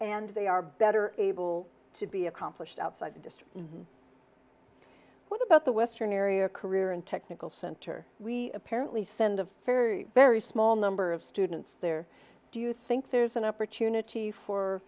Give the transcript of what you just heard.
and they are better able to be accomplished outside the district what about the western area career and technical center we apparently send a very very small number of students there do you think there's an opportunity for